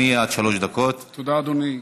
תודה, אדוני.